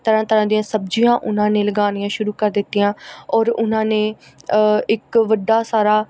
ਤਰ੍ਹਾਂ ਤਰ੍ਹਾਂ ਦੀਆਂ ਸਬਜ਼ੀਆਂ ਉਹਨਾਂ ਨੇ ਲਗਾਉਣੀਆਂ ਸ਼ੁਰੂ ਕਰ ਦਿੱਤੀਆਂ ਔਰ ਉਹਨਾਂ ਨੇ ਇੱਕ ਵੱਡਾ ਸਾਰਾ